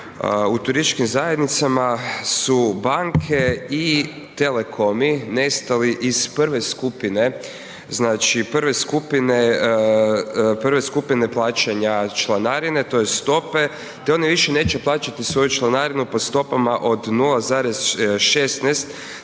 u turističkim zajednicama su banke i telekomi nestali iz prve skupine, znači prve skupine plaćanja članarine, tj. stope te oni više neće plaćati svoju članarinu po stopama od 0,16%